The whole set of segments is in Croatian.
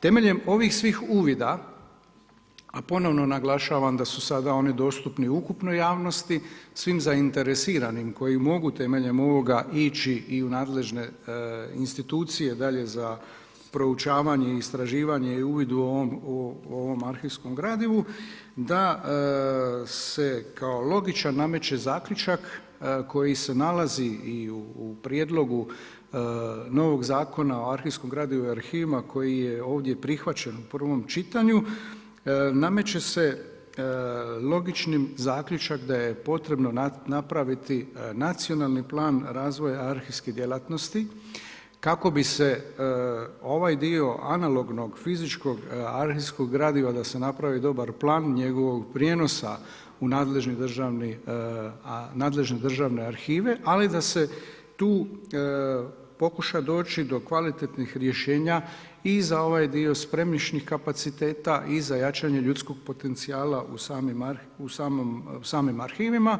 Temeljem ovih svih uvida, a ponovno naglašavam da su sada oni dostupni ukupnoj javnosti, svim zainteresiranim koji mogu temeljem ovoga ići i u nadležne institucije dalje za proučavanje i istraživanje i u uvid o ovom arhivskom gradivu, da se kao logičan nameće zaključak koji se nalazi i u prijedlogu novog Zakona o arhivskom gradivu i arhivima koji je ovdje prihvaćen u prvom čitanju, nameće se logičnim zaključak da je potrebno napraviti nacionalni plan razvoja arhivske djelatnosti, kako bi se ovaj dio analognog fizičkog arhivskog gradiva da se napravi dobar plan njegovog prijenosa u nadležne državne arhive, ali da se tu pokuša doći do kvalitetnih rješenja i za ovaj dio spremišnih kapaciteta i za jačanje ljudskog potencijala u samim arhivima,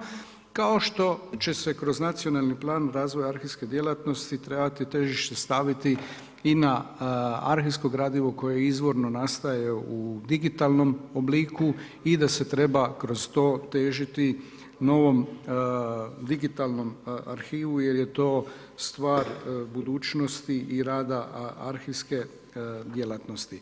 kao što će se kroz nacionalni plan razvoja arhivske djelatnosti trebati težište staviti i na arhivsko gradivo koje izvorno nastaje u digitalnom obliku i da se treba kroz to težiti novom digitalnom arhivu jer je to stvar budućnosti i rada arhivske djelatnosti.